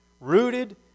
rooted